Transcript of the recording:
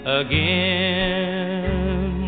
again